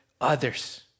others